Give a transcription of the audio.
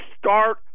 start